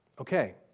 Okay